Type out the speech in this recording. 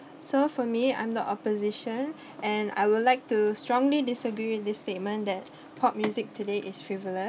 so for me I'm the opposition and I would like to strongly disagreed with this statement that pop music today is frivolous